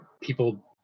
people